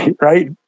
right